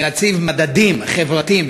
ונציב מדדים חברתיים,